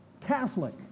Catholic